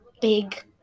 big